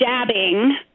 dabbing